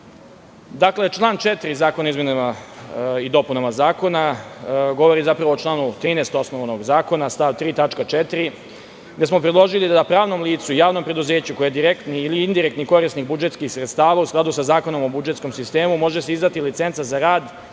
zakona. Dakle, član 4. Zakona o izmenama i dopunama zakona govori zapravo o članu 13. osnovnog zakona, stav 3. tačka 4. gde smo predložili da pravnom licu javnom preduzeću koje je direktni ili indirektni korisnik budžetskih sredstava, u skladu sa Zakonom o budžetskom sistemu, može se izdati licenca za radove